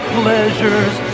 pleasures